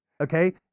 Okay